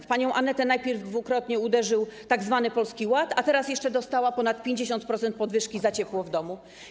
W panią Anetę najpierw dwukrotnie uderzył tzw. Polski Ład, a teraz jeszcze ponad 50-procentowe podwyżki za ciepło w domu.